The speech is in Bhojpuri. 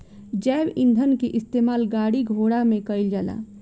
जैव ईंधन के इस्तेमाल गाड़ी घोड़ा में कईल जाला